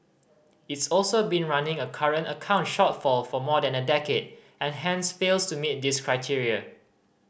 it's also been running a current account shortfall for more than a decade and hence fails to meet this criteria